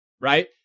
Right